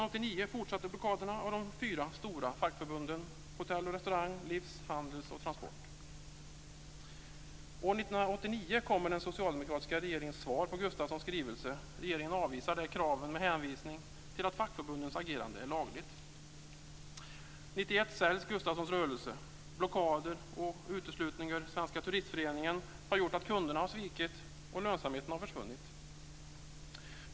År 1989 kommer den socialdemokratiska regeringens svar på Gustafssons skrivelse. Regeringen avvisar kraven med hänvisning till att fackförbundens agerande är lagligt. År 1991 säljs Gustafssons rörelse. Blockader och uteslutning ur Svenska Turistföreningen har gjort att kunderna svikit, och lönsamheten har försvunnit.